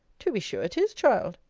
to be sure it is, child.